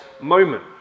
moment